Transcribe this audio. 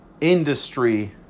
industry